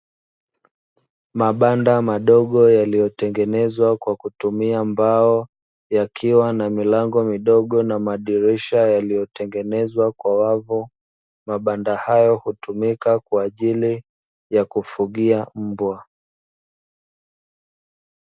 Mabanda madogo yaliyotengenezwa kwa kutumia mbao yakiwa na milango midogo na madirisha yaliyotengenezwa kwa wavu. Mabanda hayo hutumika kwa ajili ya kufugia mbwa.